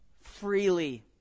freely